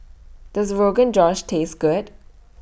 Does Rogan Josh Taste Good